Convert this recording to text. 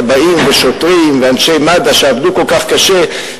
כבאים ושוטרים ואנשי מד"א שעבדו כל כך קשה,